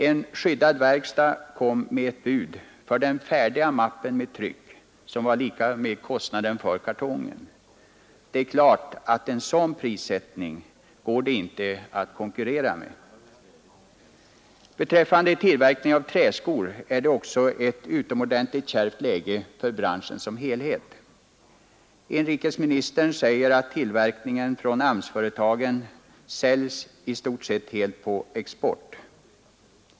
En skyddad verkstad kom med ett bud för den färdiga mappen med tryck som var lika med kostnaden för kartongen. Det är klart att det inte går att konkurrera mot en sådan prissättning. Även i träskobranschen som helhet är läget utomordentligt kärvt. Inrikesministern säger att tillverkningen från AMS-företagen i stort sett säljs på export.